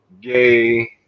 gay